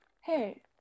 Hey